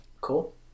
cool